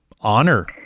honor